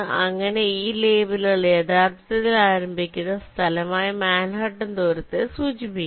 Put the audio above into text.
അങ്ങനെ ഈ ലേബലുകൾ യഥാർത്ഥത്തിൽ ആരംഭിക്കുന്ന സ്ഥലമായ മാൻഹട്ടൻ ദൂരത്തെ സൂചിപ്പിക്കുന്നു